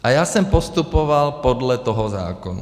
A já jsem postupoval podle toho zákona.